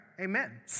Amen